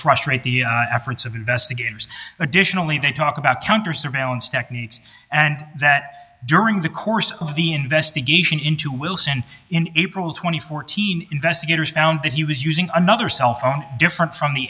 frustrate the efforts of investigators additionally they talk about counter surveillance techniques and that during the course of the investigation into wilson in april th teen investigators found that he was using another cell phone different from the